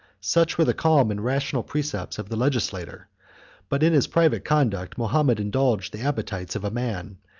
such were the calm and rational precepts of the legislator but in his private conduct, mahomet indulged the appetites of a man,